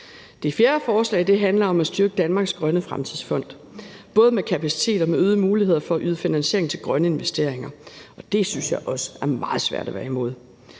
Det fjerde forslag handler om at styrke Danmarks Grønne Fremtidsfond, både med kapacitet og med øgede muligheder for at yde finansiering til grønne investeringer. Det synes jeg også er meget svært at være imod.